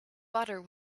butter